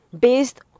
based